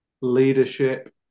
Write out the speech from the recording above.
leadership